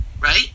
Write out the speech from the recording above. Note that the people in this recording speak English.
right